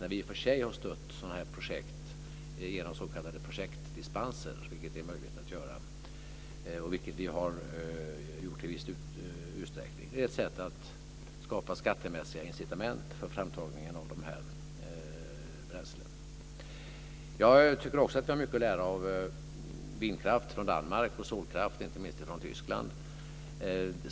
Vi har i och för sig stött sådana här projekt genom s.k. projektdispenser, vilket är möjligt att göra. Det har vi gjort i viss utsträckning. Det är ett sätt att skapa skattemässiga incitament för framtagningen av de här bränslena. Jag tycker också att vi har mycket att lära när det gäller vindkraft från Danmark och solkraft inte minst från Tyskland.